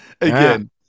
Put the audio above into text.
Again